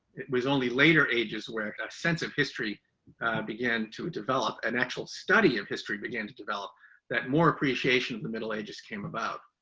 it was only later ages where a sense of history began to develop, an actual study of history, began to develop that more appreciation of the middle ages came about.